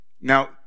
Now